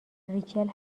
ریچل